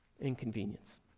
Inconvenience